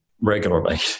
regularly